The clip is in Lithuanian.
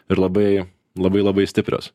ir labai labai labai stiprios